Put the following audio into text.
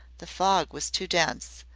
the fog was too dense,